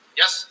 yes